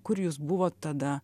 kur jūs buvot tada